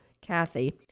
Kathy